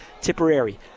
tipperary